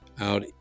out